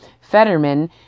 Fetterman